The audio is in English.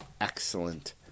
excellent